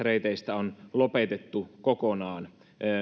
reiteistä on lopetettu väliaikaisesti kokonaan